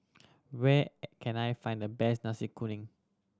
where can I find the best Nasi Kuning